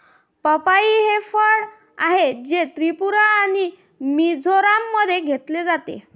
पपई हे फळ आहे, जे त्रिपुरा आणि मिझोराममध्ये घेतले जाते